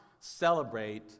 celebrate